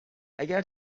اگر